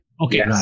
Okay